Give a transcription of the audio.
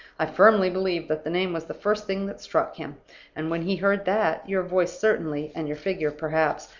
i firmly believe that the name was the first thing that struck him and when he heard that, your voice certainly and your figure perhaps,